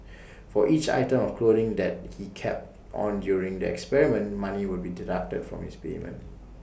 for each item of clothing that he kept on during the experiment money would be deducted from his payment